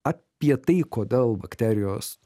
apie tai kodėl bakterijos